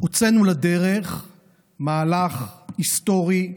הוצאנו לדרך מהלך היסטורי,